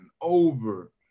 over